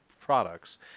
products